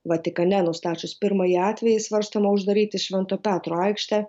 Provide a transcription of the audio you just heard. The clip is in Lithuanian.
vatikane nustačius pirmąjį atvejį svarstoma uždaryti švento petro aikštę